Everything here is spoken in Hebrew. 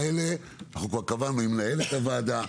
כבר קבענו עם מנהלת הוועדה,